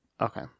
Okay